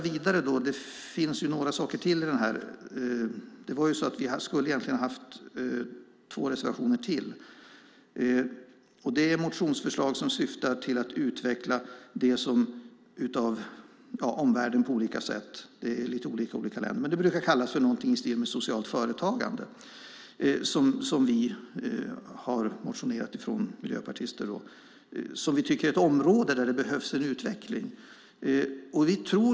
Vi skulle egentligen ha haft två reservationer till, nämligen om motionsförslag som syftar till att utveckla det som i omvärlden brukar kallas något i stil med socialt företagande. Det har vi miljöpartister motionerat om. Vi tycker att det är ett område där det behövs en utveckling.